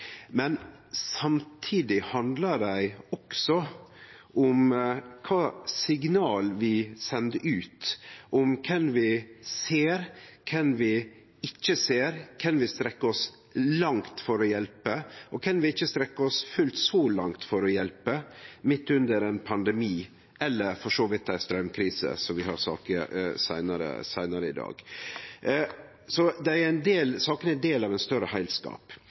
Men samtidig handlar dei også om kva signal vi sender ut, om kven vi ser, kven vi ikkje ser, kven vi strekkjer oss langt for å hjelpe, og kven vi ikkje strekker oss fullt så langt for å hjelpe, midt under ein pandemi eller for så vidt ei straumkrise, som vi har saker om seinare i dag. Sakene er ein del av ein større heilskap,